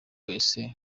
wese